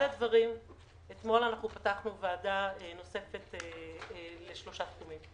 אתמול אנחנו פתחנו ועדה נוספת לשלושה תחומים,